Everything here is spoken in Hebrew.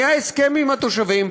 היה הסכם עם התושבים,